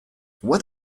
what